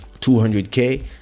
200K